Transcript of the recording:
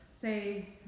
say